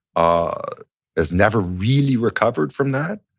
ah has never really recovered from that.